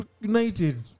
United